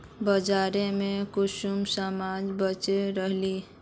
बाजार में कुंसम सामान बेच रहली?